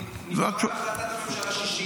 נקבע בהחלטת הממשלה 60,